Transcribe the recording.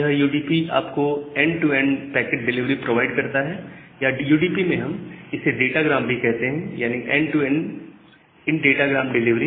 यह यूडीपी आपको end to end packet delivery provide करता है या यूडीपी में हम इसे डाटा ग्राम भी कहते हैं यानी end to end in datagram delivery